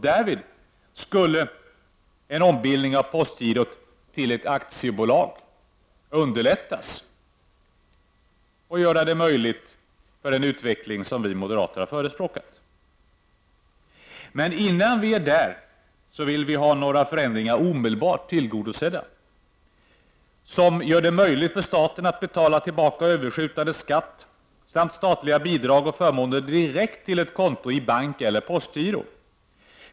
Därvid skulle en ombildning av postgirot till ett aktiebolag underlättas och möjliggöra den utveckling som vi moderater har förespråkat. Men innan vi är där vill vi ha några förändringar omedelbart genomförda, som gör det möjligt för staten att betala tillbaka överskjutande skatt samt statliga bidrag och förmåner direkt till ett konto i bank eller postgiro.